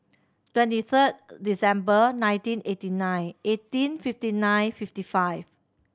twenty third December nineteen eighty nine eighteen fifty nine fifty five